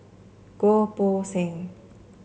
Goh Poh Seng